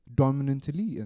dominantly